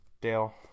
Dale